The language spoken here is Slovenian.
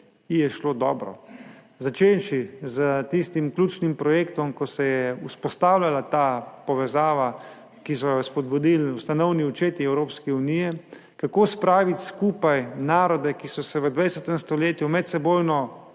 ji je šlo dobro, začenši s tistim ključnim projektom, ko se je vzpostavljala ta povezava, ki so jo spodbudili ustanovni očetje Evropske unije, kako spraviti skupaj narode, ki so se v 20. stoletju medsebojno